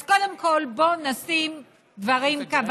אז קודם כול, בואו נשים דברים כהווייתם.